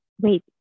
wait